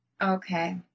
Okay